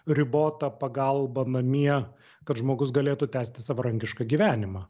ribota pagalba namie kad žmogus galėtų tęsti savarankišką gyvenimą